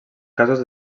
casos